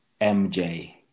MJ